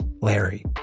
Larry